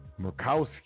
Murkowski